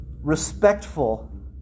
respectful